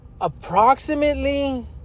approximately